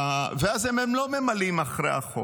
ואז הם לא ממלאים אחרי החוק.